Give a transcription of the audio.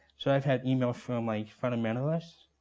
so i've had emails from like fundamentalists,